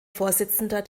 vorsitzender